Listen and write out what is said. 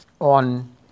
on